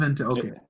okay